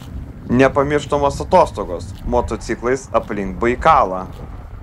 nepamirštamos atostogos motociklais aplink baikalą